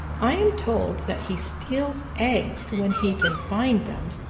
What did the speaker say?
i am told that he steals eggs when he can find them.